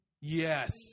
Yes